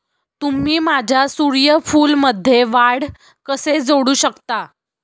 तुम्ही माझ्या सूर्यफूलमध्ये वाढ कसे जोडू शकता?